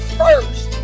first